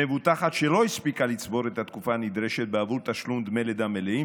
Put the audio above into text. מבוטחת שלא הספיקה לצבור את התקופה הנדרשת בעבור תשלום דמי לידה מלאים,